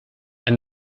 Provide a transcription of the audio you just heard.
and